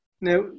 now